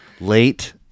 Late